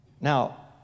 Now